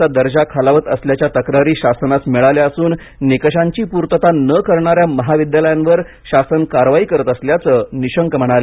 चा दर्जा खालावत असल्याच्या तक्रारी शासनास मिळाल्याअसून निकषांची पूर्तता न करणाऱ्या महाविद्यालयांवर शासन कारवाई करत असल्याचं निशंक म्हणाले